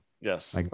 Yes